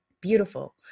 beautiful